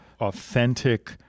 authentic